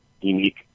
unique